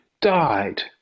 died